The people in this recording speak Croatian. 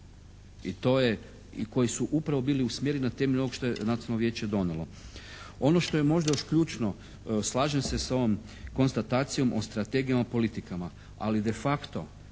i koji su upravo bili usmjereni na temelju ovog što je Nacionalno vijeće donijelo. Ono što je možda još ključno slažem se s ovom konstatacijom o strategijama politikama, ali de facto